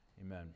Amen